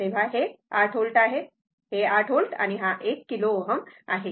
तेव्हा हे 8 व्होल्ट आहे 8 व्होल्ट हा 1 किलो Ω आहे